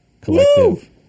Collective